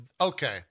okay